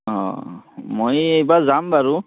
অঁ মই এইবাৰ যাম বাৰু